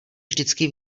vždycky